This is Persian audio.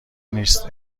نیست